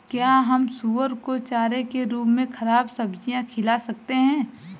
क्या हम सुअर को चारे के रूप में ख़राब सब्जियां खिला सकते हैं?